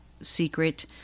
secret